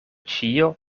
ĉio